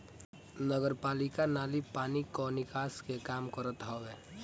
नगरपालिका नाली पानी कअ निकास के काम करत हवे